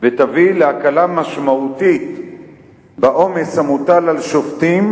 ותביא להקלה משמעותית בעומס המוטל על שופטים